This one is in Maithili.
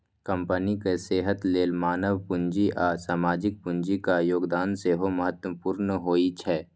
कंपनीक सेहत लेल मानव पूंजी आ सामाजिक पूंजीक योगदान सेहो महत्वपूर्ण होइ छै